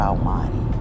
Almighty